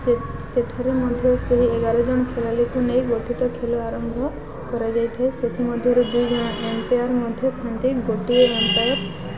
ସେ ସେଠାରେ ମଧ୍ୟ ସେହି ଏଗାର ଜଣ ଖେଳାଳୀକୁ ନେଇ ଗଠିତ ଖେଳ ଆରମ୍ଭ କରାଯାଇଥାଏ ସେଥିମଧ୍ୟରୁ ଦୁଇଜଣ ଅମ୍ପେୟାର ମଧ୍ୟ ଥାନ୍ତି ଗୋଟିଏ ଅମ୍ପେୟାର